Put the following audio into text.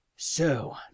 So